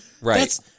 right